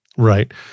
Right